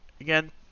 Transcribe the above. again